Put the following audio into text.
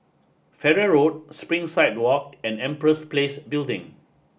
Farrer Road Springside Walk and Empress Place Building